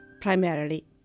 primarily